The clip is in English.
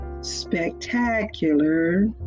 spectacular